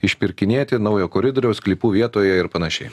išpirkinėti naujo koridoriaus sklypų vietoje ir panašiai